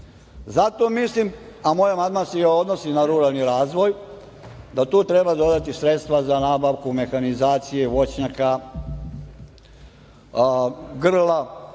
Zato mislim, a moj amandman se odnosi na ruralni razvoj, da tu treba dodati sredstva za nabavku mehanizacije voćnjaka,